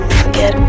forget